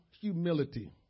Humility